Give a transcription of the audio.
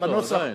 עוד לא, עדיין.